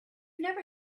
never